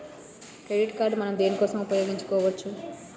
Credit card మనం దేనికోసం ఉపయోగించుకోవచ్చు?